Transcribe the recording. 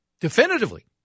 definitively